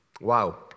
Wow